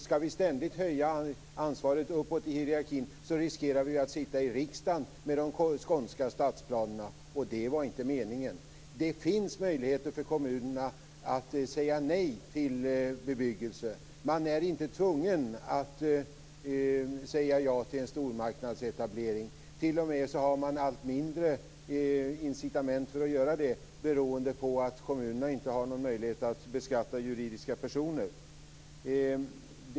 Skall vi ständigt höja ansvaret uppåt i hierarkin riskerar vi att sitta i riksdagen med de skånska stadsplanerna, och det var inte meningen. Det finns möjligheter för kommunerna att säga nej till bebyggelse. Man är inte tvungen att säga ja till en stormarknadsetablering. Man har t.o.m. allt mindre incitament att göra det, då kommunerna inte har någon möjlighet att beskatta juridiska personer.